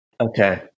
okay